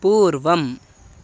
पूर्वम्